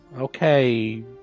okay